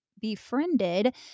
befriended